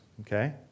Okay